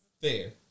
Fair